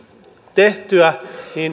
tehtyä